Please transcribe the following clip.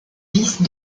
vice